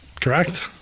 Correct